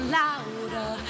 louder